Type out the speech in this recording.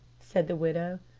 said the widow.